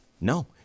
No